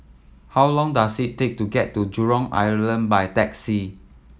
how long does it take to get to Jurong Island by taxi